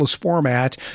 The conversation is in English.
Format